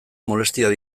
molestiak